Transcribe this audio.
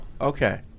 Okay